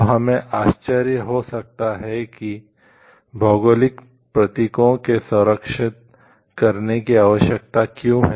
अब हमें आश्चर्य हो सकता है कि भौगोलिक प्रतीकों को संरक्षित करने की आवश्यकता क्यों है